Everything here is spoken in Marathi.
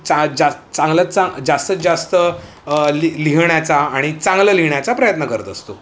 चा जा चांगलं चां जास्तीत जास्त लि लिहिण्याचा आणि चांगलं लिहिण्याचा प्रयत्न करत असतो